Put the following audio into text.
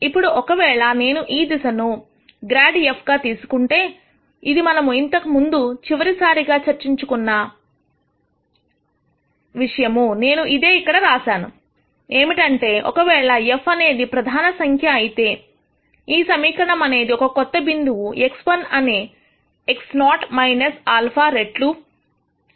ఇప్పుడు ఒకవేళ నేను ఈ దిశను ∇f గా తీసుకుంటే ఇది మనము ఇంతకుముందు చివరిసారిగా చర్చించుకున్న ఇదే నేను ఇదే ఇక్కడ రాసాను ఏమిటంటే ఒకవేళ f అనేది ప్రధాన సంఖ్య అయితేఈ సమీకరణము అనేది ఒక కొత్త బిందువు x1 అనే x0 α రెట్లు f '